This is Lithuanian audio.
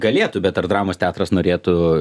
galėtų bet ar dramos teatras norėtų